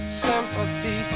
sympathy